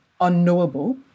unknowable